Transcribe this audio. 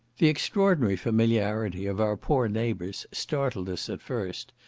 the extraordinary familiarity of our poor neighbours startled us at first,